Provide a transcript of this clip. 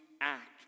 act